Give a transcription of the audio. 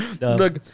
Look